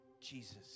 Jesus